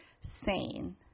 sane